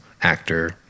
actor